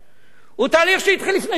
זה תהליך שהתחיל לפני שנתיים.